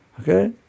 okay